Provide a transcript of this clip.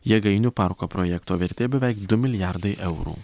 jėgainių parko projekto vertė beveik du milijardai eurų